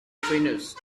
trainers